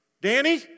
Danny